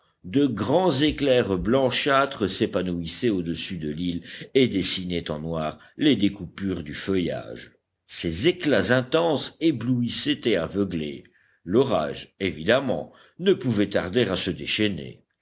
de grands éclairs blanchâtres s'épanouissaient au-dessus de l'île et dessinaient en noir les découpures du feuillage ces éclats intenses éblouissaient et aveuglaient l'orage évidemment ne pouvait tarder à se déchaîner